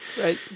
Right